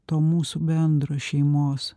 to mūsų bendro šeimos